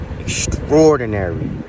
extraordinary